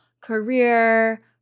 career